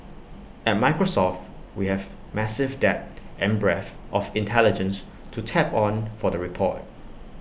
at Microsoft we have massive depth and breadth of intelligence to tap on for the report